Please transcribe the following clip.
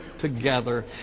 together